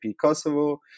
kosovo